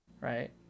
right